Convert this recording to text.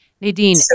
Nadine